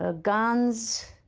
ah guns,